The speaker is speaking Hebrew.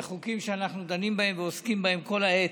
חוקים שאנחנו דנים בהם ועוסקים בהם כל העת,